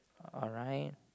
alright